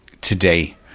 today